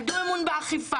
איבדו אמון באכיפה,